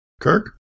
Kirk